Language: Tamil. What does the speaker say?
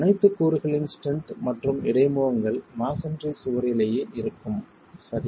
அனைத்து கூறுகளின் ஸ்ட்ரென்த் மற்றும் இடைமுகங்கள் மஸோன்றி சுவரிலேயே இருக்கும் சரி